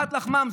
פת לחמם,